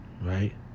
Right